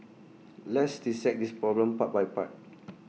let's dissect this problem part by part